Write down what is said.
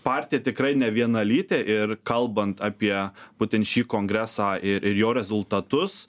partija tikrai nevienalytė ir kalbant apie būtent šį kongresą ir ir jo rezultatus